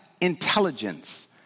intelligence